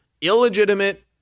illegitimate